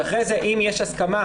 ואחרי זה אם יש הסכמה,